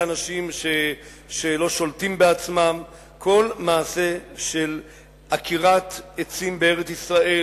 אנשים שלא שולטים בעצמם כל מעשה של עקירת עצים בארץ-ישראל